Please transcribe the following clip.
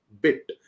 bit